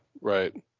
right